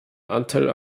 anteil